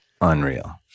Unreal